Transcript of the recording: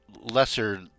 lesser